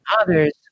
others